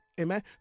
amen